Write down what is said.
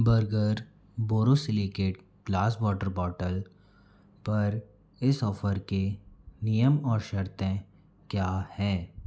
burger borosilicate glass water bottle पर इस offer के नियम और शर्तें क्या हैं